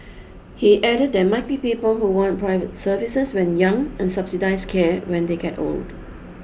he added there might be people who want private services when young and subsidised care when they get old